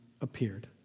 appeared